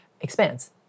expands